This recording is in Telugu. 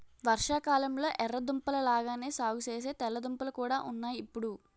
వర్షాకాలంలొ ఎర్ర దుంపల లాగానే సాగుసేసే తెల్ల దుంపలు కూడా ఉన్నాయ్ ఇప్పుడు